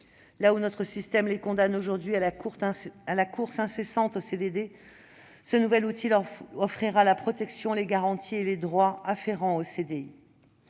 là où notre système les condamne aujourd'hui à la course incessante aux CDD, ce nouvel outil leur offrira la protection, les garanties et les droits afférents au CDI.